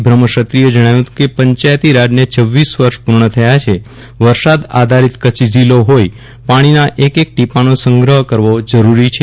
બ્રહ્મક્ષત્રીય એ જણાવ્યું કે પંચાયતી રાજને રક વર્ષ પૂર્ણ થયા છે વરસાદ આધારિત કચ્છ જીલ્લો ફોઈ પાણીના એક એક ટીપા નો સંગ્રફ કરવો જરૂરી છે